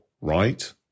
right